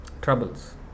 troubles